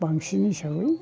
बांसिन हिसाबै